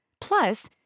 Plus